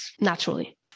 naturally